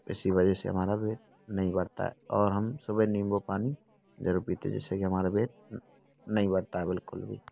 इसी वजह से हमारा पेट नहीं बढ़ता है और हम सुबह नींबू पानी ज़रूर पीते हैं जिससे की हमारा पेट न नहीं बढ़ता है बिल्कुल भी